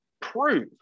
prove